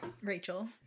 Rachel